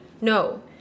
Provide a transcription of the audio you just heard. no